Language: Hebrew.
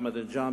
אחמדינג'אד,